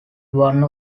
one